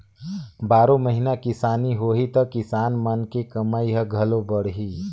बारो महिना किसानी होही त किसान मन के कमई ह घलो बड़ही